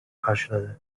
karşıladı